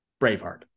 Braveheart